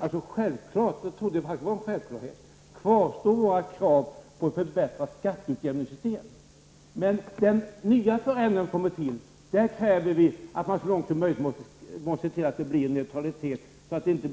De kraven kvarstår naturligtvis, men vi kräver också att man så långt som möjligt ser till att kommunerna inte får